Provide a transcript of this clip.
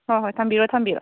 ꯍꯣꯏ ꯍꯣꯏ ꯊꯝꯕꯤꯔꯣ ꯊꯝꯕꯤꯔꯣ